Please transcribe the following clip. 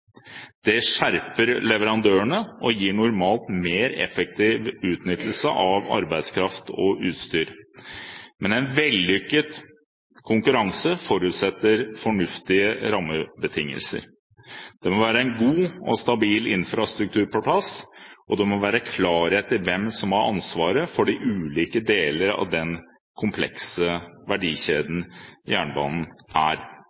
Det skjerper leverandørene og gir normalt mer effektiv utnyttelse av arbeidskraft og utstyr. Men en vellykket konkurranse forutsetter fornuftige rammebetingelser. En god og stabil infrastruktur må være på plass, og det må være klarhet i hvem som har ansvaret for de ulike deler av den komplekse verdikjeden jernbanen er.